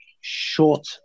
short